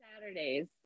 Saturdays